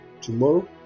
tomorrow